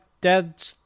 dead